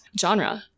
genre